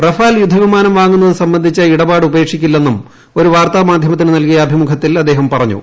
Rafale യുദ്ധവിമാനം വാങ്ങുന്നത് സംബന്ധിച്ച് ഇടപാട് ഉപേ ക്ഷിക്കില്ലെന്നും ഒരു വാർത്താമാധ്യമത്തിന് നൽകിയ അഭിമുഖ ത്തിൽ അദ്ദേഹം പറഞ്ഞു